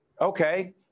Okay